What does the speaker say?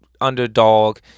underdog